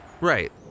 Right